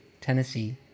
Tennessee